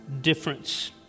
difference